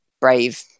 brave